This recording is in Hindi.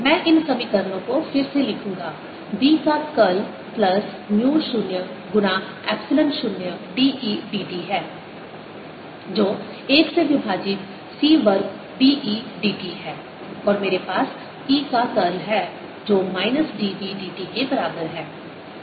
मैं इन समीकरणों को फिर से लिखूंगा B का कर्ल प्लस म्यू 0 गुना epsilon 0 d E d t है जो 1 से विभाजित C वर्ग d E d t है और मेरे पास E का कर्ल है जो minus d B d t के बराबर है